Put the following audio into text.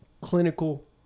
clinical